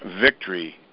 victory